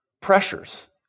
pressures